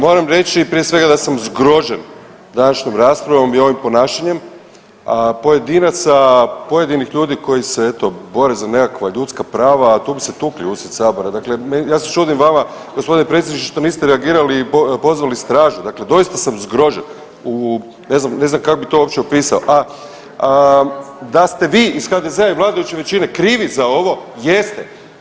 Moram reći prije svega da sam zgrožen današnjoj raspravom i ovim ponašanjem pojedinaca, pojedinih ljudi koji se eto, bore z nekakva ljudska prava, tu bi se tukli usred Sabora, dakle ja se čudim vama gospodine predsjedniče, što niste reagirali i pozvali stražu, dakle doista sam zgrožen u ne znam kako bi to uopće opisao a da ste vi iz HDZ-a i vladajuće većine krivi za ovo, jeste.